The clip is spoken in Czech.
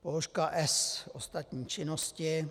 Položka S, ostatní činnosti.